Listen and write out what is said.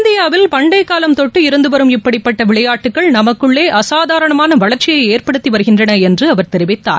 இந்தியாவில் பண்டைகாலம் தொட்டு இருந்து வரும் இப்படிப்பட்ட விளையாட்டுகள் நமக்குள்ளே அசாதாரணமான வளர்ச்சியை ஏற்படுத்தி வருகின்றன என்று அவர் தெரிவித்தார்